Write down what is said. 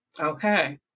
Okay